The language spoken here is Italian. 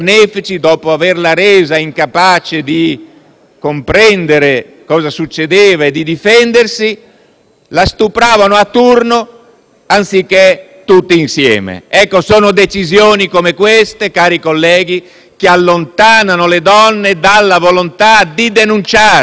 comprendere cosa succedeva e di difendersi, la stupravano a turno anziché tutti insieme. Ecco, sono decisioni come queste, cari colleghi, che allontanano le donne dalla volontà di denunciare. *(Applausi dai